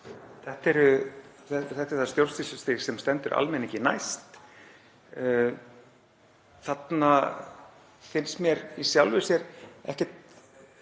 Þetta er það stjórnsýslustig sem stendur almenningi næst. Þarna finnst mér í sjálfu sér ekkert